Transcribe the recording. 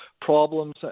problems